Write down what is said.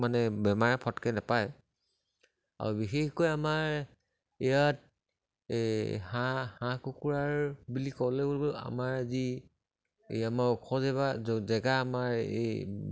মানে বেমাৰে ফটকৈ নেপায় আৰু বিশেষকৈ আমাৰ ইয়াত এই হাঁহ হাঁহ কুকুৰাৰ কি বুলি ক'লেও আমাৰ যি এই আমাৰ ঔষধে বা জেগা আমাৰ এই